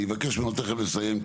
אני אבקש ממנו תכף לסיים,